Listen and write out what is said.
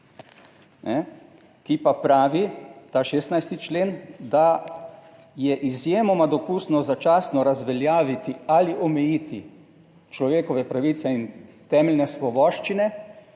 ki pa pravi ta 16. člen, da je izjemoma dopustno začasno razveljaviti ali omejiti človekove pravice in temeljne svoboščine